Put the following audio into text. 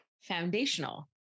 foundational